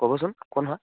ক'বচোন কোন হয়